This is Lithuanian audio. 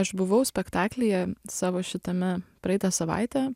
aš buvau spektaklyje savo šitame praeitą savaitę